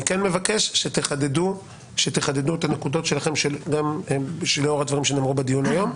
אני כן מבקש שתחדדו את הנקודות שלכם לאור הדברים שנאמרו בדיון היום,